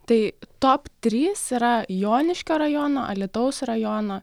tai top trys yra joniškio rajono alytaus rajono